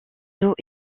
dos